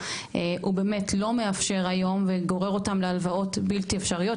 הוא באמת לא מאפשר היום וגורר אותם להלוואות בלתי אפשריות,